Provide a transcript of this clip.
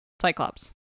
Cyclops